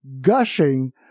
gushing